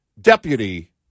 deputy